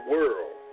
World